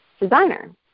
designer